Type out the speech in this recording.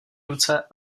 ruce